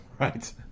Right